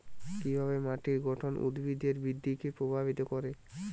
কিভাবে মাটির গঠন উদ্ভিদের বৃদ্ধিকে প্রভাবিত করে?